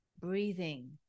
breathing